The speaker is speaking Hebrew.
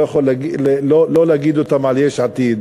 אני לא יכול לא להגיד אותן על יש עתיד.